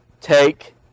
take